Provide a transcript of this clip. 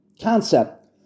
concept